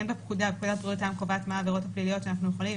פקודת בריאות העם קובעת מה העבירות הפליליות שאנחנו יכולים.